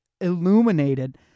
illuminated